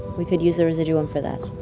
we could use the residuum for that.